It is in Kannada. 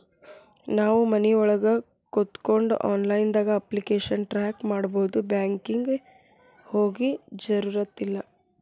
ನಾವು ಮನಿಒಳಗ ಕೋತ್ಕೊಂಡು ಆನ್ಲೈದಾಗ ಅಪ್ಲಿಕೆಶನ್ ಟ್ರಾಕ್ ಮಾಡ್ಬೊದು ಬ್ಯಾಂಕಿಗೆ ಹೋಗೊ ಜರುರತಿಲ್ಲಾ